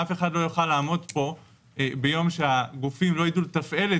אף אחד לא יוכל לעמוד פה ביום שהגופים לא יידעו לתפעל את